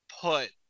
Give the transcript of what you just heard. put